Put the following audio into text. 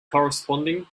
corresponding